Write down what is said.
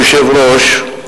כבוד היושב-ראש,